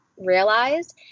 realized